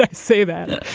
like say that?